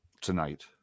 tonight